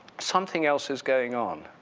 something else is going on.